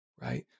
right